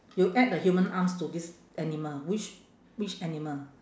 you add the human arms to this animal which which animal